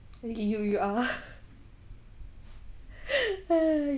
you you are